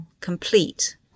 complete